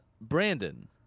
Brandon